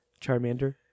Charmander